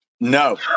No